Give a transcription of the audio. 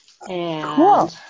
cool